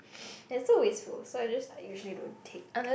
and so wasteful so I just like usually don't take